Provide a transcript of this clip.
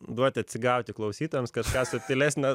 duoti atsigauti klausytojams kažką subtilesnio